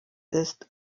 ist